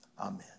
Amen